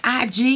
IG